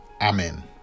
amen